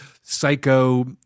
psycho